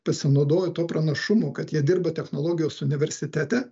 pasinaudojo tuo pranašumu kad jie dirba technologijos universitete